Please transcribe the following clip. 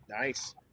nice